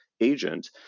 agent